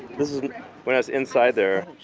when i was inside there